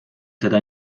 seda